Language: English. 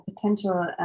potential